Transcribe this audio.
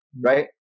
right